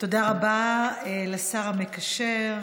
תודה רבה לשר המקשר,